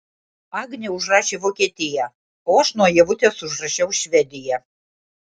agnė užrašė vokietiją o aš nuo ievutės užrašiau švediją